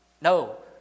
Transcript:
No